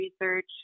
research